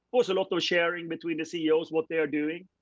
was a lot of sharing between ceos what they are doing.